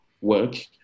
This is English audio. work